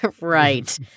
Right